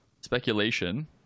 speculation